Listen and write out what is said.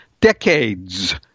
decades